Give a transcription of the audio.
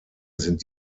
sind